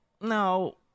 no